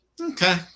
Okay